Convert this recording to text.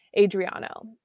Adriano